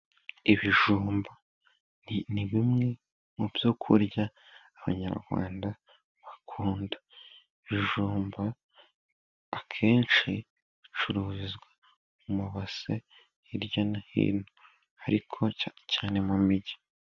Ibijumba ni bimwe mu byo kurya abanyarwanda bakunda, ibijumba akenshi bicururizwa mu base, hirya no hino ariko cyane cyane mu mijyi.